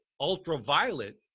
ultraviolet